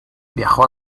viajó